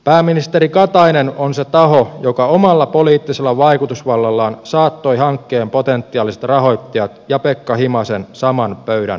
pääministeri katainen on se taho joka omalla poliittisella vaikutusvallallaan saattoi hankeen potentiaaliset rahoittajat ja pekka himasen saman pöydän ääreen